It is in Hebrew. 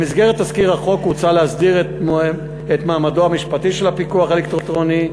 במסגרת תזכיר החוק הוצע להסדיר את מעמדו המשפטי של הפיקוח האלקטרוני,